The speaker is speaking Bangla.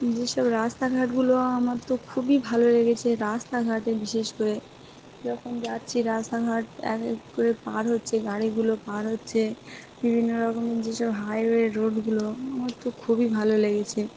যেসব রাস্তাঘাটগুলো আমার তো খুবই ভালো লেগেছে রাস্তাঘাটে বিশেষ করে যখন যাচ্ছি রাস্তাঘাট এক এক করে পার হচ্ছে গাড়িগুলো পার হচ্ছে বিভিন্ন রকমের যেসব হাইওয়ে রোডগুলো আমার তো খুবই ভালো লেগেছে